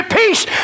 peace